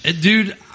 Dude